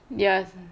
ya